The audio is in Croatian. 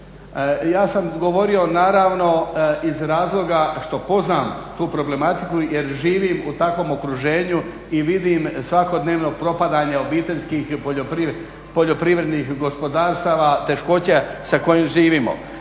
Ja sam govorio naravno iz razloga što poznam tu problematiku, jer živim u takvom okruženju i vidim svakodnevno propadanje obiteljskih poljoprivrednih gospodarstava, teškoće sa kojim živimo.